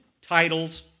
Titles